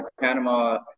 Panama